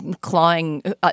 clawing